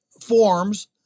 forms